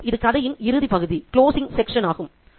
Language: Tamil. எனவே இது கதையின் இறுதிப் பகுதி ஆகும்